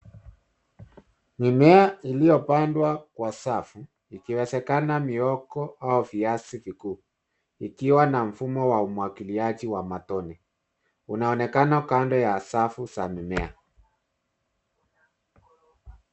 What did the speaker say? Mimea iliyopandwa kwa safu, ikiwezekana mioko au viazi vikuu, ikiwa na mfumo wa umwagiliaji wa matone unaonekana kando ya safu za mimea.